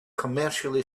commercially